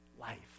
life